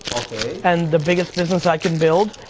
okay. and the biggest business i can build,